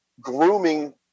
grooming